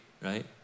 right